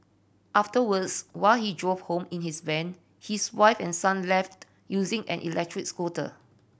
afterwards while he drove home in his van his wife and son left using an electric scooter